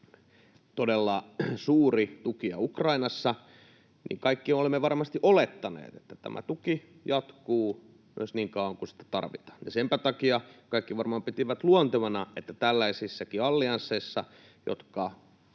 todella suuri tukija Ukrainassa — niin kaikki olemme varmasti olettaneet, että tämä tuki jatkuu myös niin kauan kuin tarvitaan. Senpä takia kaikki varmaan pitivät luontevana, että tällaisissakin alliansseissa, joita